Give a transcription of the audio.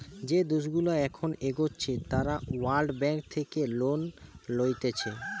যে দেশগুলা এখন এগোচ্ছে তারা ওয়ার্ল্ড ব্যাঙ্ক থেকে লোন লইতেছে